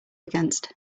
against